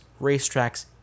racetracks